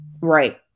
right